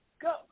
Go